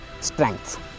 strength